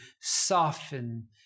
soften